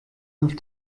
auf